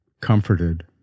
comforted